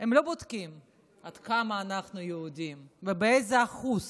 לא בודקים עד כמה אנחנו יהודים ואיזה אחוז